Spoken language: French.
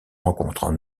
rencontre